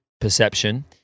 perception